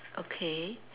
okay